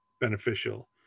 beneficial